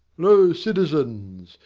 lo, citizens,